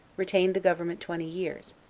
retained the government twenty years,